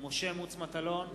משה מטלון,